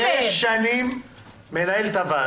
נשבע לך, קטי, אני שש שנים מנהל את הוועדה,